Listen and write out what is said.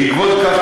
בעקבות זאת,